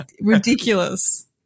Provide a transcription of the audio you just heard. ridiculous